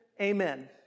amen